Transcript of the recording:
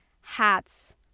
hats